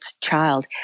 child